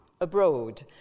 abroad